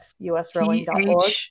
usrowing.org